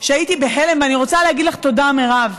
הייתי בהלם, ואני רוצה להגיד לך תודה, מרב,